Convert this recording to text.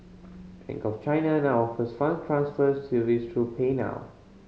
Bank of China now offers fund transfer service through PayNow